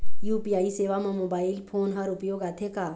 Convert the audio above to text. UPI सेवा म mobile phone हर उपयोग आथे का?